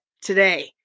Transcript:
today